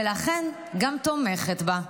ולכן גם תומכת בה.